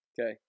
Okay